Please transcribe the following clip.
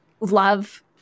love